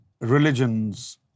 religions